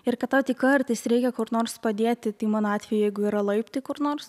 ir kad tau tik kartais reikia kur nors padėti tai mano atveju jeigu yra laiptai kur nors